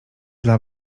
dla